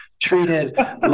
treated